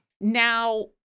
Now